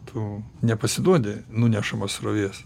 tu nepasiduodi nunešamas srovės